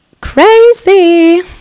crazy